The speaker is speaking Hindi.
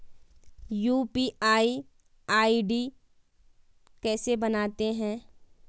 यु.पी.आई आई.डी कैसे बनाते हैं?